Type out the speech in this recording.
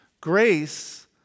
Grace